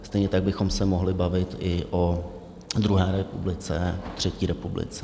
Stejně tak bychom se mohli bavit i o druhé republice, třetí republice.